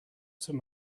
some